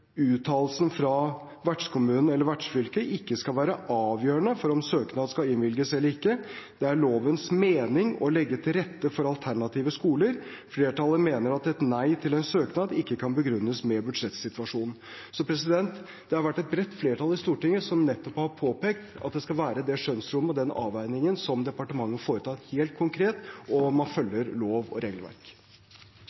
uttalelsen fra vertskommunen eller vertsfylket ikke skal være avgjørende for om en søknad skal innvilges eller ikke. Det er lovens mening å legge til rette for alternative skoler. Flertallet mener at et nei til en søknad ikke kan begrunnes med budsjettsituasjonen.» Det har vært et bredt flertall i Stortinget som nettopp har påpekt at det skal være det skjønnsrommet og den avveiningen som departementet foretar helt konkret, og man